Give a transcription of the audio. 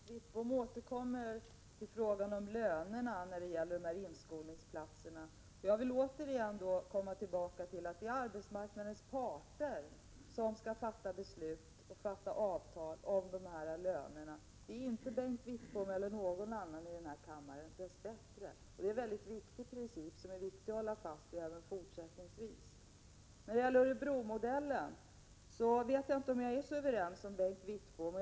Herr talman! Bengt Wittbom kommer tillbaka till frågan om lönerna när det gäller inskolningsplatser. Jag vill då åter påpeka att det är arbetsmarknadens parter som skall fatta beslut och sluta avtal om lönerna, inte Bengt Wittbom eller någon annan i denna kammare, dess bättre. Det är en väldigt viktig princip som det är väsentligt att hålla fast vid även fortsättningsvis. När det gäller Örebromodellen vet jag inte om jag är riktigt överens med Bengt Wittbom.